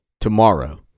tomorrow